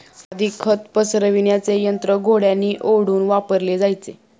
आधी खत पसरविण्याचे यंत्र घोड्यांनी ओढून वापरले जायचे